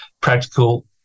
practical